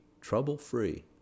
trouble-free